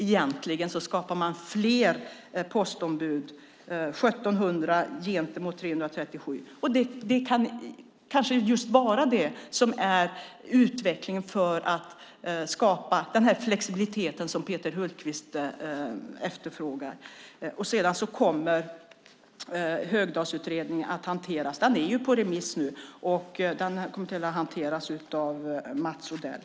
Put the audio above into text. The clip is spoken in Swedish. Egentligen skapar man fler postombud, 1 700 gentemot 337. Det kan kanske just vara det som är utvecklingen för att skapa den här flexibiliteten, som Peter Hultqvist efterfrågar. Sedan kommer Högdahlsutredningen att hanteras. Den är på remiss nu, och den kommer att hanteras av Mats Odell.